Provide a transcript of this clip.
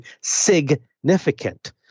significant